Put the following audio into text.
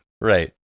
Right